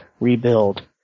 rebuild